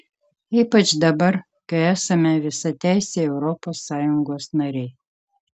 ypač dabar kai esame visateisiai europos sąjungos nariai